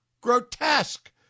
grotesque